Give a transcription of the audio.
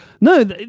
No